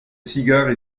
cigares